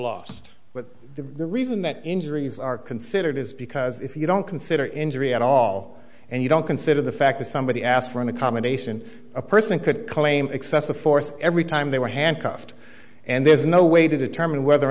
lost but the reason that injuries are considered is because if you don't consider injury at all and you don't consider the fact that somebody asked for an accommodation a person could claim excessive force every time they were handcuffed and there's no way to determine whether or